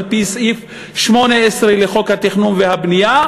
על-פי סעיף 18 לחוק התכנון והבנייה.